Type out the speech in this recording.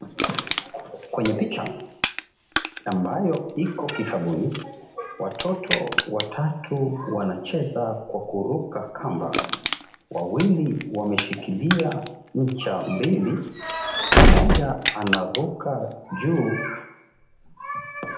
Kwenye picha, ambayo Iko kitabuni watoto watatu wanacheza kwa kuruka kamba, wawili wameshikilia ncha mbili mmoja anaruka juu.